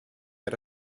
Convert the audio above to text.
era